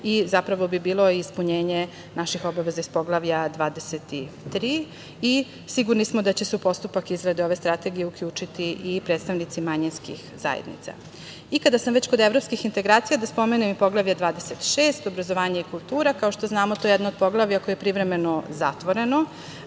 i zapravo bi bilo ispunjenje naših obaveza iz poglavlja 23. i sigurni smo da će se u postupak izrade ove strategije uključiti i predstavnici manjinskih zajednica. Kada sam već kod evropskih integracija, da spomenem i Poglavlje 23 – obrazovanje i kultura. Kao što znamo, to je jedno od poglavlja koje je privremeno zatvoreno.